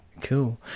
Cool